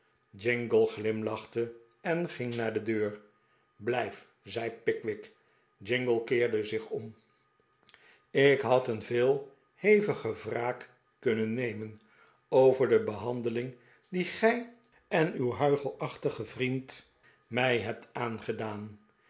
jingle glimlachte en ging naar de deur blijf zei pickwick jingle keerde zich om ik had een veel heviger wraak kunnen nemen over de behandeling die gij en uw huichelachtige vriend mij hebt aangedaan